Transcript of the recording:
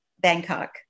Bangkok